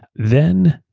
then,